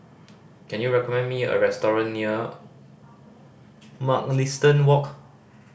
can you recommend me a restaurant near Mugliston Walk